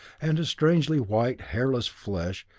and his strangely white, hairless flesh,